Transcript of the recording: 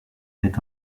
est